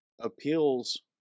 appeals